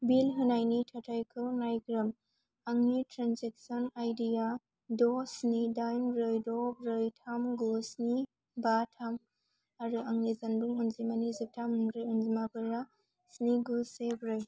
बिल होनायनि थाथायखौ नायग्रोम आंनि ट्रान्जेकसन आइडि या द' स्नि दाइन ब्रै द' ब्रै थाम गु स्नि बा थाम आरो आंनि जानबुं अनजिमानि जोबथा मोनब्रै अनजिमाफोरा स्नि गु से ब्रै